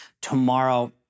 Tomorrow